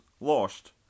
lost